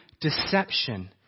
deception